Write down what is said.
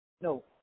No